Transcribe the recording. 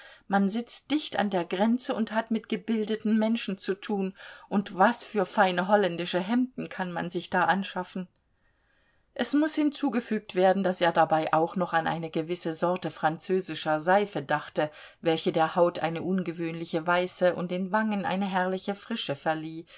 man sitzt dicht an der grenze und hat mit gebildeten menschen zu tun und was für feine holländische hemden kann man sich da anschaffen es muß hinzugefügt werden daß er dabei auch noch an eine gewisse sorte französischer seife dachte welche der haut eine ungewöhnliche weiße und den wangen eine herrliche frische verlieh